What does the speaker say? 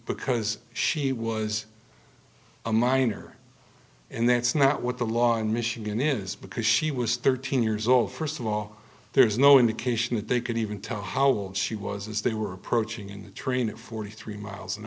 because she was a minor and that's not what the law in michigan is because she was thirteen years old first of all there is no indication that they could even tell how old she was as they were approaching a train at forty three miles an